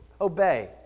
obey